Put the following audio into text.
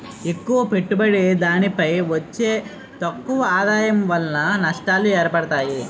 ఎక్కువ పెట్టుబడి దానిపై వచ్చే తక్కువ ఆదాయం వలన నష్టాలు ఏర్పడతాయి